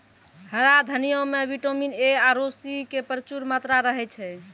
हरा धनिया मॅ विटामिन ए आरो सी के प्रचूर मात्रा रहै छै